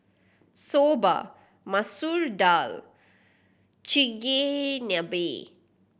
Soba Masoor Dal Chigenabe